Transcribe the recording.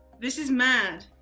this is mad.